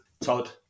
Todd